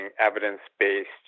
evidence-based